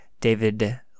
David